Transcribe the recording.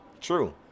True